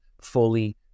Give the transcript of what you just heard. fully